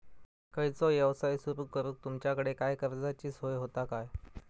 खयचो यवसाय सुरू करूक तुमच्याकडे काय कर्जाची सोय होता काय?